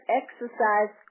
exercise